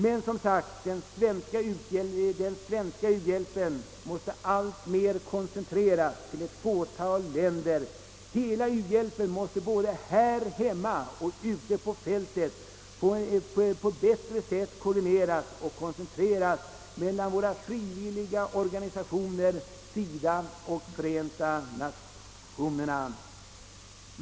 Den svenska u-hjälpen måste alltmer koncentreras till ett fåtal länder. Hela u-hjälpen måste både här hemma och ute på fältet på ett bättre sätt koordineras och koncentreras mellan våra frivilliga organisationer SIDA och FN.